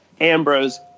Ambrose